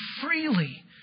freely